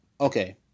okay